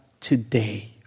today